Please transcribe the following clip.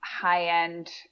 high-end